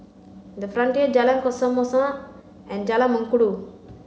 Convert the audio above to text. the Frontier Jalan Kesoma and Jalan Mengkudu